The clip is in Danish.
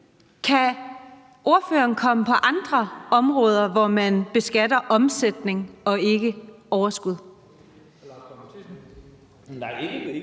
Mathiesen komme på andre områder, hvor man beskatter omsætning og ikke overskud? Kl.